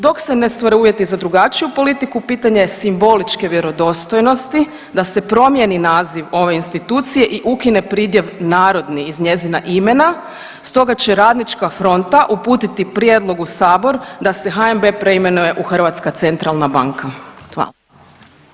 Dok se ne stvore uvjeti za drugačiju politiku pitanje je simboličke vjerodostojnosti da se promjeni naziv ove institucije i ukine pridjev „narodni“ iz njezina imena, stoga će Radnička fronta uputiti prijedlog u Sabor da se HNB preimenuje u „Hrvatska centralna banka“